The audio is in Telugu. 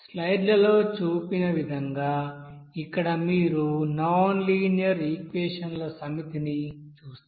స్లైడ్లలో చూపిన విధంగా ఇక్కడ మీరు నాన్ లీనియర్ ఈక్వెషన్ల సమితిని చూస్తారు